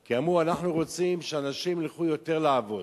כי אמרו, אנחנו רוצים שיותר אנשים ילכו לעבוד.